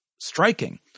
striking